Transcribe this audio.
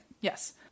Yes